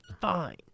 Fine